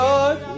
God